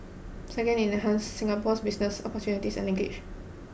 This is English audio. second it enhances Singapore's business opportunities and linkages